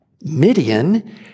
Midian